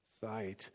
sight